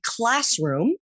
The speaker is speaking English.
classroom